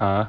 (uh huh)